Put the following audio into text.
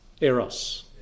eros